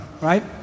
right